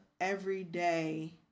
everyday